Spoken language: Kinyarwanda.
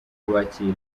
kubakira